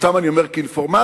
סתם אני אומר את זה כאינפורמציה,